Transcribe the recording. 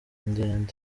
ndende